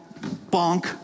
bonk